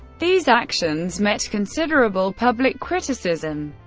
these actions met considerable public criticism.